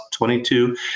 22